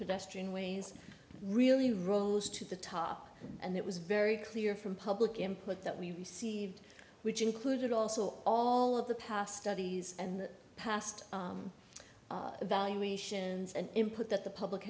pedestrian ways really rose to the top and it was very clear from public input that we received which included also all of the past duddies and past evaluations and input that the public